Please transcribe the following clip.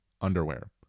underwear